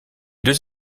deux